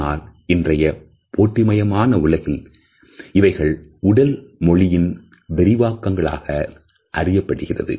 ஆனால் இன்றைய போட்டி மயமான உலகில் இவைகள் உடல் மொழியின் விரிவாக்கங்களாக அறியப்படுகின்றது